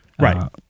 Right